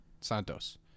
Santos